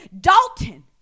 Dalton